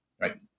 right